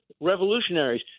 revolutionaries